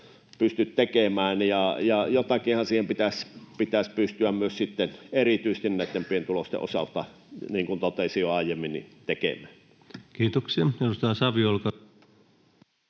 pysty tekemään, ja jotakinhan siihen pitäisi pystyä tekemään myös sitten erityisesti näitten pienituloisten osalta, niin kuin totesin jo aiemmin. Kiitoksia.